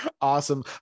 Awesome